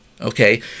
okay